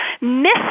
miss